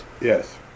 Yes